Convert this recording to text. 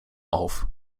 auf